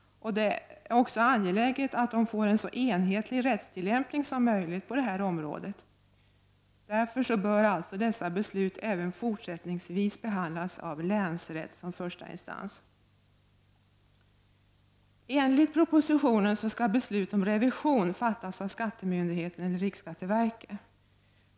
Det är också angeläget att få en så enhetlig rättstillämpning som möjligt på detta område. Därför bör dessa beslut även fortsättningsvis behandlas av länsrätt som första instans. Enligt propositionen skall beslut om revision fattas av skattemyndigheten eller riksskatteverket.